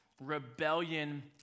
Rebellion